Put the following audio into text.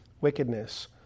wickedness